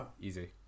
easy